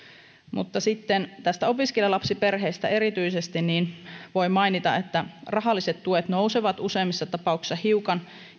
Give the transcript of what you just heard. sitten opiskelijalapsiperheistä erityisesti voi mainita että rahalliset tuet nousevat useimmissa tapauksissa hiukan